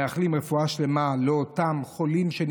ומאחלים רפואה שלמה לאותם חולים,